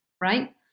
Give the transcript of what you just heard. right